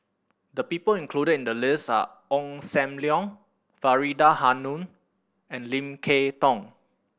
the people included in the list are Ong Sam Leong Faridah Hanum and Lim Kay Tong